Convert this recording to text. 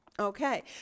Okay